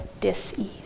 dis-ease